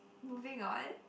moving on